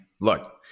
look